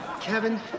Kevin